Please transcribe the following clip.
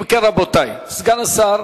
אם כן, רבותי, סגן השר